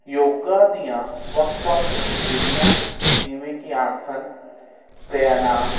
ਯੋਗਾ ਦੀਆਂ ਵੱਖ ਵੱਖ ਵਿਧੀਆਂ ਜਿਵੇਂ ਕਿ ਆਸਨ ਪ੍ਰਾਣਾਯਾਮ